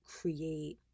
create